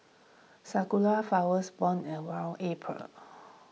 sakura flowers bloom around April